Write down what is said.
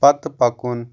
پتہٕ پکُن